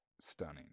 stunning